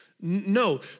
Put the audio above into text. No